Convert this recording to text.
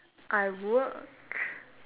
I work